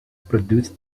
produce